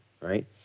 right